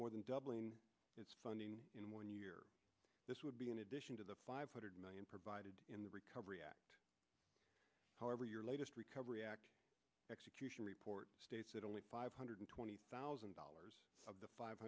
more than doubling its funding in one year this would be in addition to the five hundred million provided in the recovery act however your latest recovery act execution report states that only five hundred twenty thousand dollars of the five